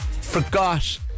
Forgot